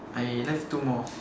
I left two more